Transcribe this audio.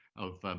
of